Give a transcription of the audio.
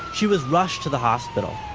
she was rushed to the hospital.